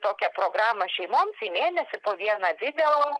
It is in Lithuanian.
tokią programą šeimoms į mėnesį po vieną video